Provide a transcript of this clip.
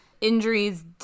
injuries